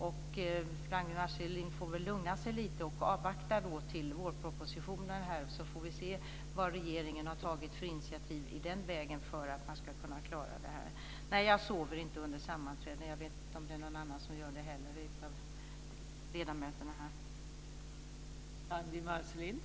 Ragnwi Marcelind får väl lugna sig lite och avvakta vårpropositionen. Då får vi se vilka initiativ regeringen har tagit i den vägen för att komma till rätta med detta. Nej, jag sover inte under sammanträden. Jag vet inte om det är någon annan av ledamöterna här som gör det heller.